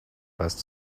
best